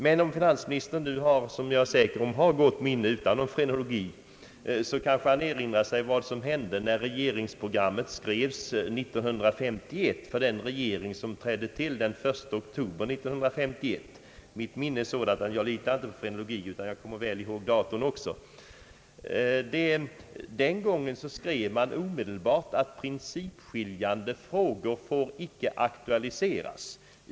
Men om finansministern nu har gott minne — vilket jag är säker på att han har utan frenologi — kanske han kan erinra sig vad som hände när regeringsprogrammet skrevs för den regering som tillträdde den första oktober 1951. Mitt minne är sådant att jag inte behöver förlita mig på frenologi, jag kommer väl ihåg datum också. Den gången skrev man omedelbart, att principskiljande frågor icke får aktualiseras.